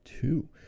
two